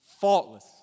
faultless